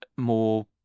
more